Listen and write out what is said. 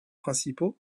principaux